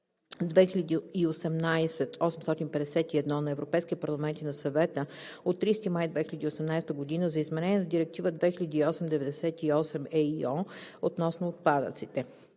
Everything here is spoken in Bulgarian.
2018/851 на Европейския парламент и на Съвета от 30 май 2018 г. за изменение на Директива 2008/98/ЕО относно отпадъците